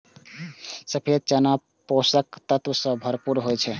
सफेद चना पोषक तत्व सं भरपूर होइ छै